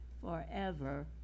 forever